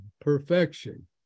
perfection